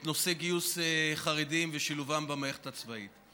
את נושא גיוס חרדים ושילובם במערכת הצבאית.